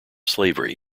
slavery